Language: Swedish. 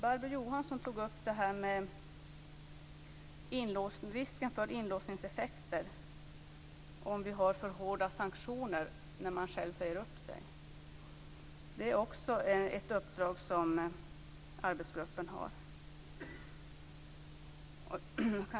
Barbro Johansson tog upp risken för inlåsningseffekter om vi har för hårda sanktioner när man själv säger upp sig. Att se på detta är också ett uppdrag som arbetsgruppen har.